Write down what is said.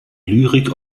lyrik